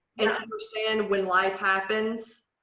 and i understand when life happens,